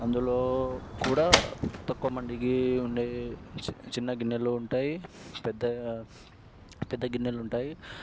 అందులో కూడా తక్కువ మందికి ఉండే చిన్న గిన్నెలు ఉంటాయి పెద్దగా పెద్ద గిన్నెలు ఉంటాయి